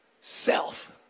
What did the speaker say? self